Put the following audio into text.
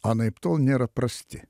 anaiptol nėra prasti